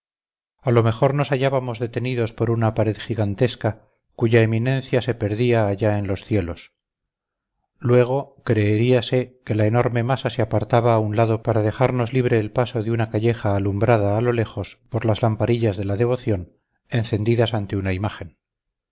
a lo mejor nos hallábamos detenidos por una pared gigantesca cuya eminencia se perdía allá en los cielos luego creeríase que la enorme masa se apartaba a un lado para dejarnos libre el paso de una calleja alumbrada a lo lejos por las lamparillas de la devoción encendidas ante una imagen